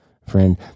Friend